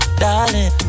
darling